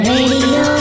Radio